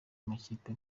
amakipe